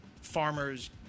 farmers